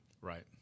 Right